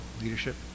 leadership